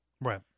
Right